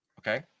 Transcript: okay